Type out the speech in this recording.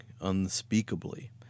unspeakably